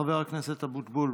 חבר הכנסת אבוטבול,